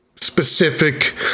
specific